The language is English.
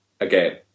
again